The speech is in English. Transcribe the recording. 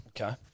Okay